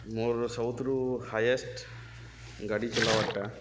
ମୋର୍ ସବୁଥିରୁ ହାଇଏଷ୍ଟ୍ ଗାଡ଼ି ଚଲାବାର୍ଟା